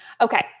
Okay